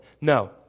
No